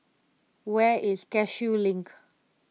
where is Cashew Link